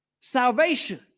salvation